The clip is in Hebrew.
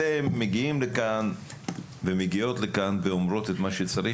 אתם מגיעים ומגיעות לכאן ואומרות את מה שצריך.